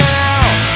now